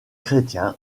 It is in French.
chrétiens